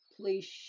Please